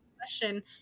question